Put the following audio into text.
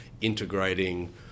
integrating